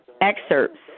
excerpts